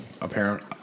apparent